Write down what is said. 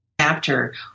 chapter